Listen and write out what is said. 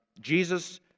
Jesus